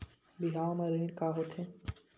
बिहाव म ऋण का होथे?